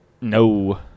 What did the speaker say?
No